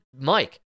mike